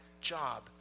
job